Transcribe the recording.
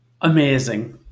Amazing